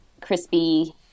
crispy